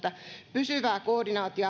pysyvää koordinaatio